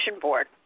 board